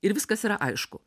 ir viskas yra aišku